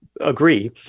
agree